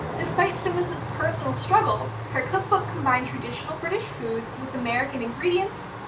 despite simmons's personal struggles her cookbook combined traditional british foods with american ingredients,